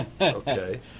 Okay